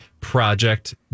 Project